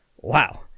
wow